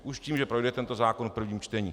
Už tím, že projde tento zákon v prvním čtení.